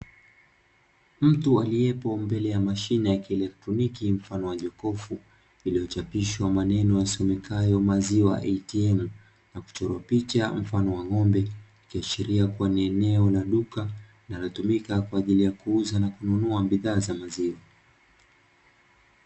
Mtu aliyepo mbele ya mashine ya kielektroniki mfano wa jokufu, iliyochapishwa maneno yasomekayo maziwa "ATM” na kuchorwa picha mfano wa ngomb’e, ikiashiria kuwa ni eneo na duka linalotumika kwa ajili ya kuuza na kununua bidhaaa za maziwa.